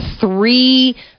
three